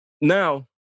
now